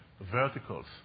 verticals